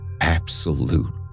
Absolute